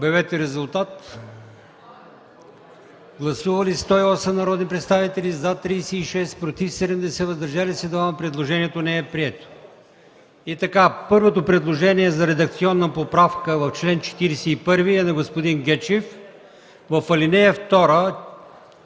Моля, гласувайте. Гласували 108 народни представители: за 36, против 70, въздържали се 2. Предложението не е прието. Първото предложение за редакционна поправка в чл. 41 е на господин Гечев – в ал. 2